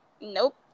Nope